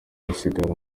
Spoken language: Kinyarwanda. gisagara